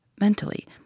Mentally